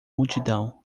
multidão